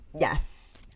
Yes